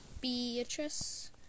Beatrice